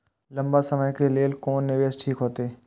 लंबा समय के लेल कोन निवेश ठीक होते?